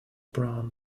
brown